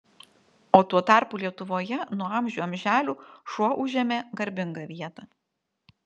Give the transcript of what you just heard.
o tuo tarpu lietuvoje nuo amžių amželių šuo užėmė garbingą vietą